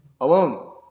Alone